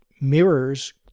mirrors